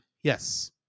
Yes